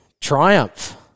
Triumph